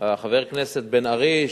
חבר הכנסת בן-ארי,